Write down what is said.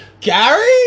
Gary